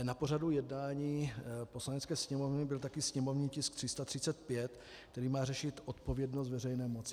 Na pořadu jednání Poslanecké sněmovny byl také sněmovní tisk 335, který má řešit odpovědnost veřejné moci.